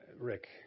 Rick